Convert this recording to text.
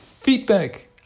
feedback